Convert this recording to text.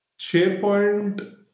SharePoint